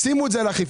שימו את זה על אכיפה,